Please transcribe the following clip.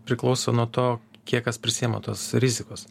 priklauso nuo to kiek kas prisiema tos rizikos